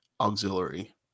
auxiliary